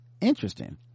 interesting